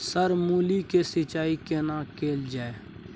Sir मूली के सिंचाई केना कैल जाए?